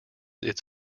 its